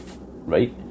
right